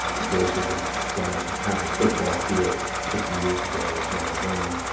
a glacier the size of half a football field fifty years ago is now gone.